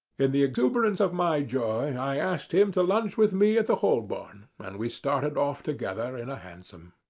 in the exuberance of my joy, i asked him to lunch with me at the holborn, and we started off together in a hansom.